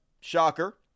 Shocker